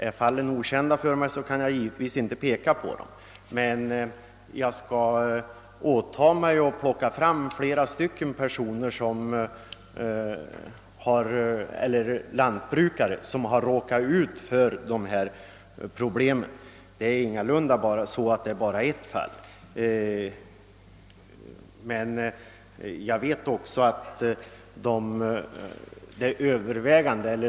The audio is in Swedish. Jag skulle dock kunna åta mig att plocka fram flera lantbrukare som råkat ut för just denna sak. Det rör sig alls inte om bara ett enda fall.